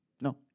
No